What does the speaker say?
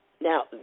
now